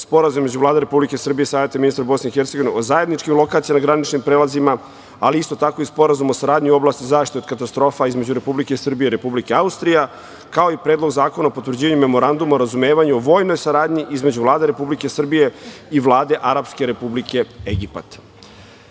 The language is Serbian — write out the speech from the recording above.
Sporazum između Vlade Republike Srbije i Saveta ministara Bosne i Hercegovine o zajedničkim lokacijama na graničnim prelazima, ali isto tako i Sporazum o saradnji u oblasti zaštite od katastrofa između Republike Srbije i Republike Austrije, kao i Predlog zakona o potvrđivanju Memoranduma o razumevanju o vojnoj saradnji između Vlade Republike Srbije i Vlade Arapske Republike Egipat. Svaki